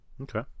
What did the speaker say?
Okay